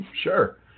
Sure